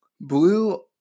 Blue